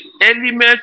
element